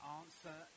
answer